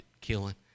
killing